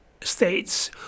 states